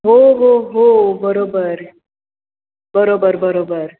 हो हो हो बरोबर बरोबर बरोबर